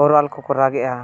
oral ᱠᱚᱠᱚ ᱨᱟᱜᱮᱜᱼᱟ